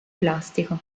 plastico